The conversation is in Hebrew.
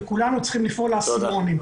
כולנו צריכים ליפול האסימונים.